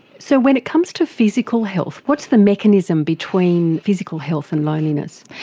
so when it comes to physical health, what's the mechanism between physical health and loneliness?